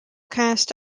cast